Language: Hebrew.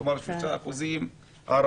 כלומר 3% ערבים,